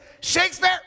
Shakespeare